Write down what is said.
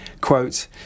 Quote